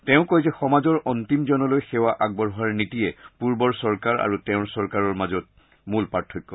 তেওঁ কয় যে সমাজৰ অস্তিম জনলৈ সেৱা আগবঢ়োৱাৰ নীতিয়ে পূৰ্বৰ চৰকাৰ আৰু তেওঁৰ চৰকাৰৰ মাজৰ মূল পাৰ্থক্য